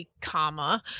comma